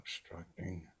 obstructing